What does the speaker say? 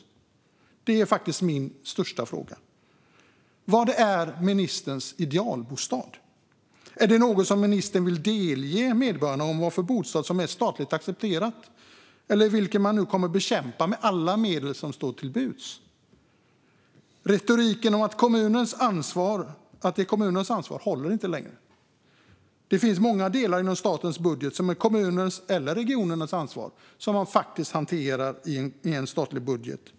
Det är min främsta fråga. Vad är ministerns idealbostad? Vill ministern delge medborgarna vilka bostäder som är statligt accepterade och vilka bostäder man kommer att bekämpa med alla medel som står till buds? Retoriken om att det är kommunernas ansvar håller inte längre. Det finns många delar inom statens budget som är kommunernas eller regionernas ansvar som man faktiskt hanterar i en statlig budget.